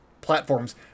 platforms